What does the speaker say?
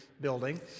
building